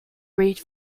read